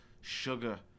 sugar